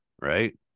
Right